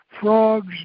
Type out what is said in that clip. Frogs